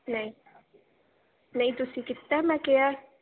ਨਹੀਂ ਨਹੀਂ ਤੁਸੀਂ ਕੀਤਾ ਮੈਂ ਕਿਹਾ